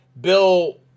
Bill